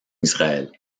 israël